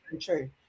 True